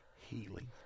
healing